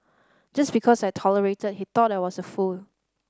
just because I tolerated he thought I was a fool